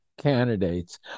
candidates